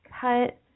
cut